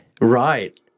Right